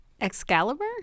Excalibur